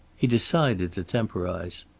he decided to temporize.